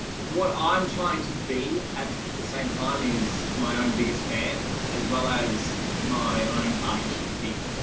what i'm trying to be at at the same time is my own biggest fan as well as my own harshest critique.